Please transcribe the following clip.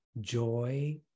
joy